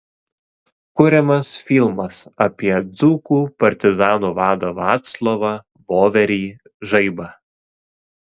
kuriamas filmas apie dzūkų partizanų vadą vaclovą voverį žaibą